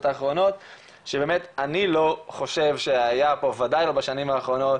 האחרונות שבאמת אני לא חושב שהיה פה ודאי לא בשנים האחרונות,